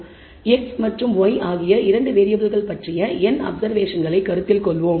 எனவே x மற்றும் y ஆகிய 2 வேறியபிள்கள் பற்றிய n அப்சர்வேஷன்களை கருத்தில் கொள்வோம்